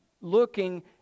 looking